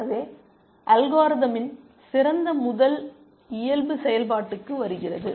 எனவே அல்காரிதமின் சிறந்த முதல் இயல்பு செயல்பாட்டுக்கு வருகிறது